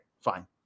fine